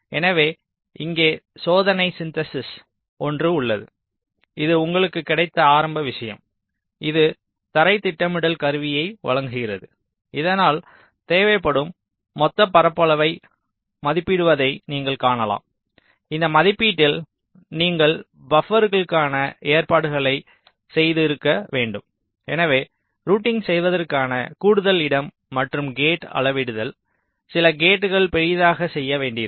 எனவே இங்கே சோதனை சிந்தெசிஸ் ஒன்று உள்ளது இது உங்களுக்கு கிடைத்த ஆரம்ப விஷயம் இது தரை திட்டமிடல் கருவியை வழங்குகிறது இதனால் தேவைப்படும் மொத்த பரப்பளவை மதிப்பிடுவதை நீங்கள் காணலாம் இந்த மதிப்பீட்டில் நீங்கள் பப்பர்களுக்கான ஏற்பாடுகளை செய்திருக்க வேண்டும் எனவே ரூட்டிங் செய்வதற்கான கூடுதல் இடம் மற்றும் கேட் அளவிடுதல் சில கேட்கள் பெரிதாக செய்ய வேண்டியிருக்கும்